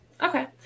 Okay